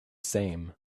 same